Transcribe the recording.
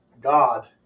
God